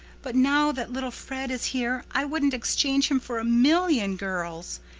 but now that little fred is here i wouldn't exchange him for a million girls.